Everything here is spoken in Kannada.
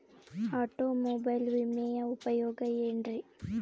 ಆಟೋಮೊಬೈಲ್ ವಿಮೆಯ ಉಪಯೋಗ ಏನ್ರೀ?